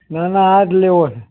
ના ના આજ લેવો છે